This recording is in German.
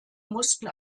mussten